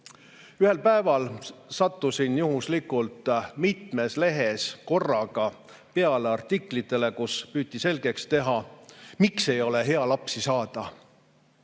Ühel päeval sattusin juhuslikult mitmes lehes korraga peale artiklitele, kus püüti selgeks teha, miks ei ole hea lapsi saada.